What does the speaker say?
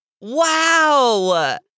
Wow